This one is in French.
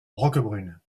roquebrune